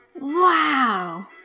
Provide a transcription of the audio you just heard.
Wow